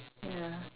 ya